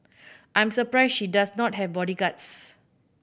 I'm surprised she does not have bodyguards